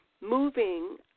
Moving